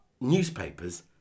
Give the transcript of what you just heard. newspapers